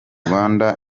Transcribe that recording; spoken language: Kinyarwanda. rwanda